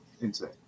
insane